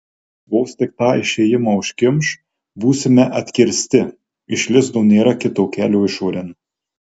vos tik tą išėjimą užkimš būsime atkirsti iš lizdo nėra kito kelio išorėn